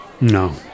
no